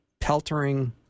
peltering